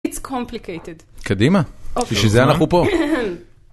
it's complicated. קדימה, -אוקיי. בשביל זה אנחנו פה.